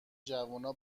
جوونا